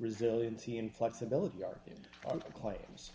resiliency and flexibility are it on clay is